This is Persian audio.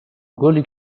گلی